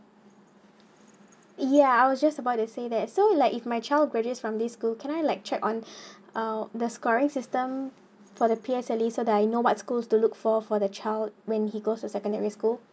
ya I was just about they say that so like if my child graduates from this school can I like check on uh the scoring system for the P_S_L_E so that I know what school to look for for the child when he goes to secondary school